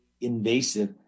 invasive